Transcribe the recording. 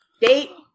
date